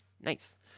Nice